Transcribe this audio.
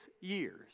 years